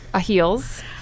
Heels